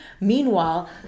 Meanwhile